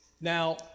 Now